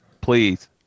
please